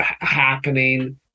happening